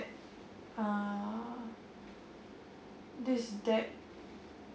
uh this debt